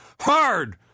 hard